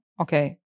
okay